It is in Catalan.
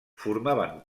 formaven